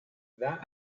that